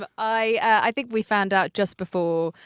but i think we found out just before.